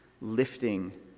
lifting